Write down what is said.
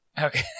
Okay